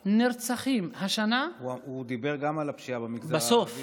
נרצחים השנה, הוא דיבר גם על הפשיעה במגזר הערבי.